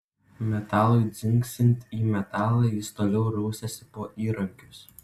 metalui dzingsint į metalą jis toliau rausėsi po įrankius